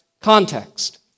context